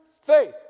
faith